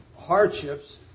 hardships